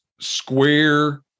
square